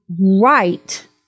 right